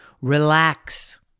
Relax